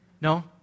No